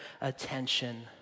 attention